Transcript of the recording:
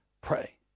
Pray